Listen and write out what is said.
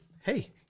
hey